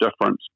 difference